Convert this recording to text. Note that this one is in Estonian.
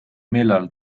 millal